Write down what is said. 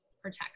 protect